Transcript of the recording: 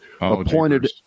appointed